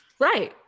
Right